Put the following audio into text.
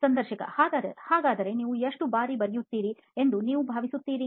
ಸಂದರ್ಶಕಹಾಗಾದರೆ ನೀವು ಎಷ್ಟು ಬಾರಿ ಬರೆಯುತ್ತೀರಿ ಎಂದು ನೀವು ಭಾವಿಸುತ್ತೀರಿ